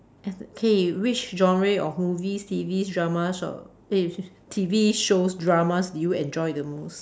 as K which genre of movies T_V dramas or eh T_V shows dramas do you enjoy the most